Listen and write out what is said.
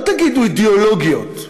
לא תגידו אידיאולוגיות.